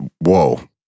Whoa